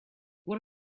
what